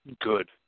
good